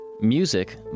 music